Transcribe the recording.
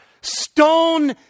stone